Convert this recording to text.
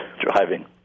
driving